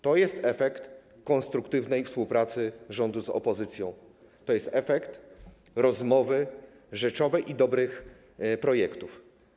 To jest efekt konstruktywnej współpracy rządu z opozycją, to jest efekt rzeczowej rozmowy i dobrych projektów.